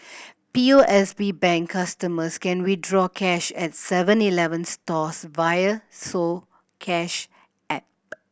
P O S B Bank customers can withdraw cash at Seven Eleven stores via soCash app